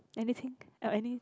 anything or any